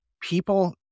people